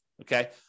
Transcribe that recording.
okay